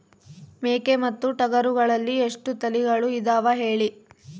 ಮೇಕೆ ಮತ್ತು ಟಗರುಗಳಲ್ಲಿ ಎಷ್ಟು ತಳಿಗಳು ಇದಾವ ಹೇಳಿ?